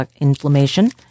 inflammation